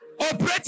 operating